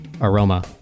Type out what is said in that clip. aroma